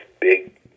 big